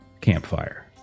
campfire